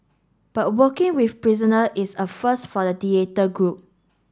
but working with prisoner is a first for the theatre group